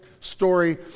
story